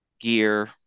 gear